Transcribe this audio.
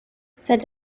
cette